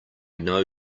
know